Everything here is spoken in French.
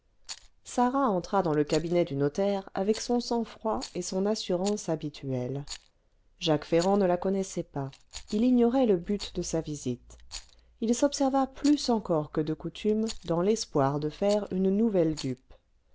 sarah entra dans le cabinet du notaire avec son sang-froid et son assurance habituels jacques ferrand ne la connaissait pas il ignorait le but de sa visite il s'observa plus encore que de coutume dans l'espoir de faire une nouvelle dupe